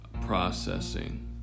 processing